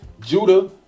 Judah